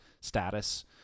status